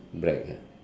black ah